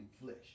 flesh